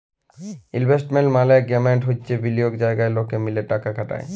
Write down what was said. investment management হচ্যে বিলিয়গের জায়গা লকে মিলে টাকা খাটায়